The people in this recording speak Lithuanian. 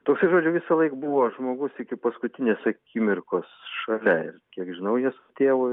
tokiu žodžiu visąlaik buvo žmogus iki paskutinės akimirkos šalia kiek žinau jis tėvui